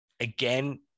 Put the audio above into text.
Again